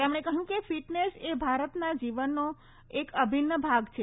તેમણે કહ્યું કે ફીટનેસ એ ભારતના જીવનનો એક અભિન્ન ભાગ છે